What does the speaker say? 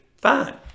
fine